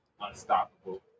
unstoppable